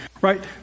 Right